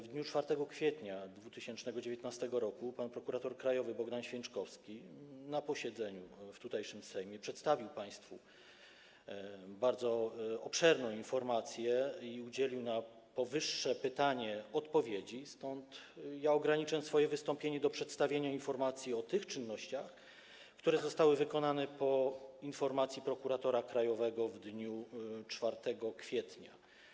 W dniu 4 kwietnia 2019 r. pan prokurator krajowy Bogdan Święczkowski na posiedzeniu w Sejmie przedstawił państwu bardzo obszerną informację i udzielił na powyższe pytanie odpowiedzi, stąd ja ograniczę swoje wystąpienie do przedstawienia informacji o tych czynnościach, które zostały wykonane po informacji przedstawionej przez prokuratora krajowego w dniu 4 kwietnia.